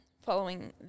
following